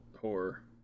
horror